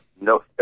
no –